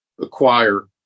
acquire